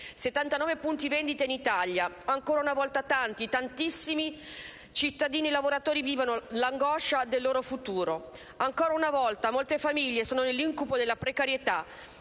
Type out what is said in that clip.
79 punti vendita in Italia e, ancora una volta, tanti, tantissimi cittadini lavoratori vivono l'angoscia del loro futuro. Ancora una volta, molte famiglie sono nell'incubo della precarietà: